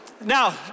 Now